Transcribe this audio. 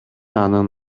анын